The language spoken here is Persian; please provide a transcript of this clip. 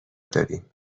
داریم